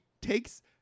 takes